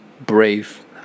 brave